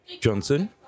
Johnson